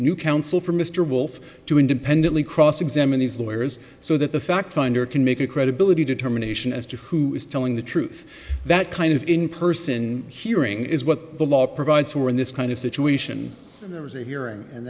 new counsel for mr wolf to independently cross examine these lawyers so that the fact finder can make a credibility determination as to who is telling the truth that kind of in person hearing is what the law provides for in this kind of situation and there was a hearing and